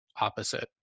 opposite